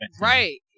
Right